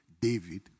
David